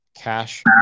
Cash